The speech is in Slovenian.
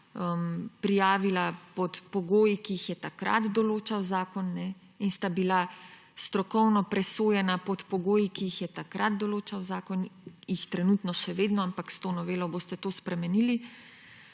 prijavila pod pogoji, ki jih je takrat določal zakon, in sta bila strokovno presojena pod pogoji, ki jih je takrat določal zakon, jih trenutno še vedno, ampak s to novelo boste to spremenili.